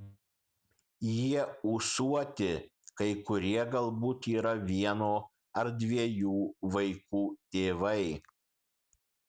jie ūsuoti kai kurie galbūt yra vieno ar dviejų vaikų tėvai